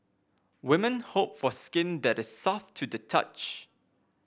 women hope for skin that is soft to the touch